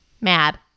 Mad